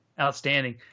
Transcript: Outstanding